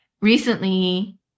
recently